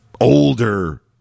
older